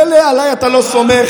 מילא עליי אתה לא סומך,